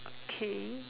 okay